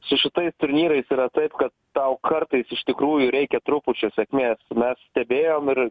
su šitais turnyrais yra taip kad tau kartais iš tikrųjų reikia trupučio sėkmės mes stebėjom ir